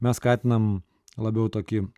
mes skatinam labiau tokį